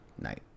night